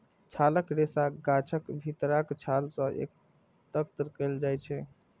छालक रेशा गाछक भीतरका छाल सं एकत्र कैल जाइ छै